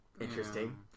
interesting